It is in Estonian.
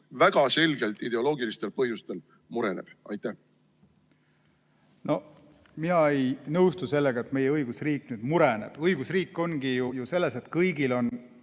väga selgelt ideoloogilistel põhjustel mureneb? Mina ei nõustu sellega, et meie õigusriik mureneb. Õigusriik seisnebki ju selles, et kõigil on